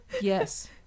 Yes